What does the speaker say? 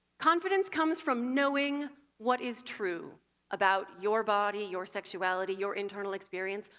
confidence comes from knowing what is true about your body, your sexuality, your internal experience.